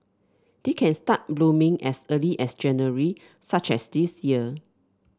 they can start blooming as early as January such as this year